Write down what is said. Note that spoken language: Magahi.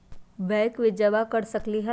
बैंक में भी जमा कर सकलीहल?